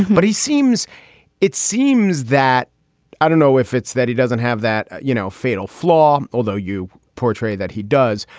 but he seems it seems that i don't know if it's that he doesn't have that, you know, fatal flaw, although you portray that he does.